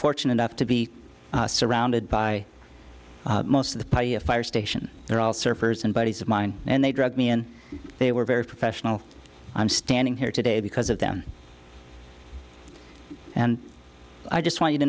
fortunate enough to be surrounded by most of the party of fire station they're all surfers and buddies of mine and they drug me and they were very professional i'm standing here today because of them and i just want you to